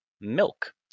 milk